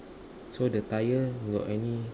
so the tyre got any